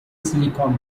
silicon